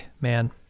man